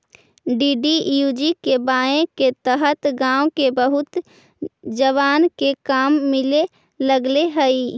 DDUGKY के तहत गाँव के बहुत जवान के काम मिले लगले हई